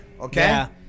Okay